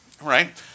right